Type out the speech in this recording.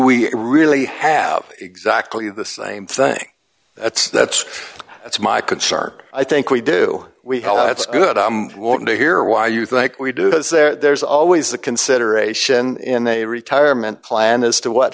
we really have exactly the same thing that's that's that's my concern i think we do we how it's good i want to hear why you think we do because there's always the consideration in a retirement plan as to what